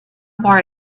more